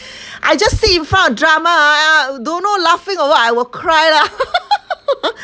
I just in front of drama ah don't know laughing or what I will cry lah